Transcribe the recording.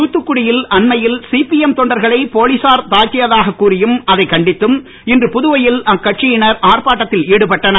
தூத்துக்குடி யில் அண்மையில் சிபிஎம் தொண்டர்களை போலீசார் தாக்கியதாகக் கூறியும் அதைக் கண்டித்தும் இன்று புதுவையில் அக்கட்சியினர் ஆர்ப்பாட்டத்தில் ஈடுபட்டனர்